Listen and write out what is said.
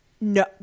no